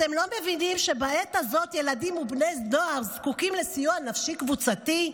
אתם לא מבינים שבעת הזאת ילדים ובני נוער זקוקים לסיוע נפשי קבוצתי?